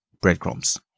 breadcrumbs